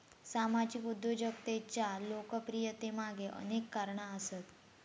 सामाजिक उद्योजकतेच्या लोकप्रियतेमागे अनेक कारणा आसत